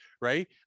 right